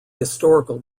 historical